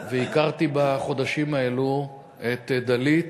והכרתי בחודשים האלו את דלית,